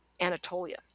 Anatolia